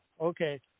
okay